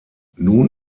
nun